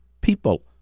people